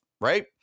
right